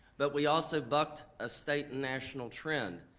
but we also bucked a state and national trend.